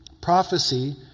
prophecy